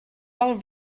all